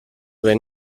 ben